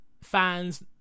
fans